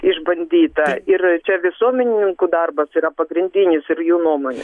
išbandyta ir čia visuomenininkų darbas yra pagrindinis ir jų nuomonė